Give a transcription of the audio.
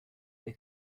they